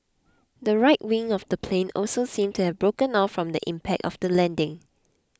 the right wing of the plane also seemed to have broken off from the impact of the landing